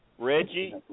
Reggie